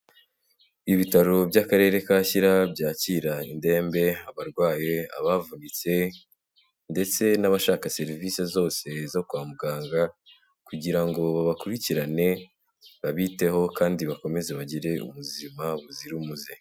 Ibitaro by'akarere ka Shyira byakira indembe, abarwaye, abavunitse ndetse n'abashaka serivisi zose zo kwa muganga kugira ngo babakurikirane babiteho kandi bakomeze bagire ubuzima buzira umuze.